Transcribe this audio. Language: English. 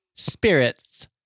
spirits